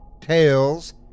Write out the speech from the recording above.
TAILS